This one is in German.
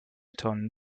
tonnen